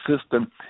system